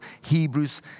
Hebrews